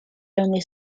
only